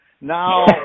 Now